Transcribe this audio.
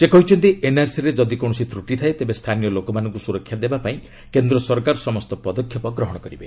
ସେ କହିଛନ୍ତି ଏନ୍ଆର୍ସିରେ ଯଦି କୌଣସି ତ୍ରୁଟି ଥାଏ ତେବେ ସ୍ଥାନୀୟ ଲୋକମାନଙ୍କୁ ସ୍ୱରକ୍ଷା ଦେବା ପାଇଁ କେନ୍ଦ୍ର ସରକାର ସମସ୍ତ ପଦକ୍ଷେପ ଗ୍ରହଣ କରିବେ